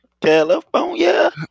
California